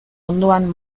ondoan